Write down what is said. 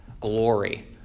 glory